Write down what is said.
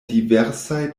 diversaj